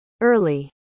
early